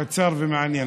קצר ומעניין.